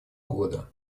года